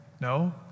No